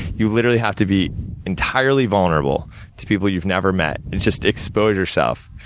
you literally have to be entirely vulnerable to people you've never met, and just expose yourself.